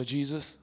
Jesus